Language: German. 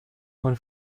von